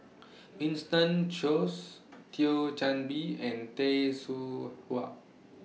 Winston Choos Thio Chan Bee and Tay Seow Huah